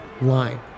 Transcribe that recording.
line